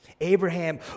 Abraham